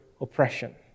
oppression